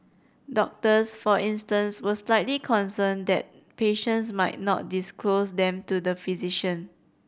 doctors for instance were slightly concerned that patients might not disclose them to the physician